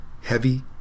heavy